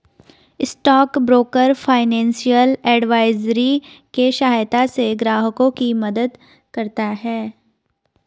stock broker financial advisory के सहायता से ग्राहकों की मदद करता है